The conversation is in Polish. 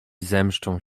zemszczą